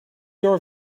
your